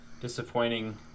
disappointing